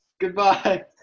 Goodbye